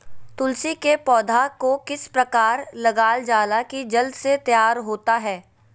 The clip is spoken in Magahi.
तुलसी के पौधा को किस प्रकार लगालजाला की जल्द से तैयार होता है?